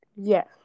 Yes